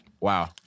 Wow